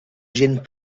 gent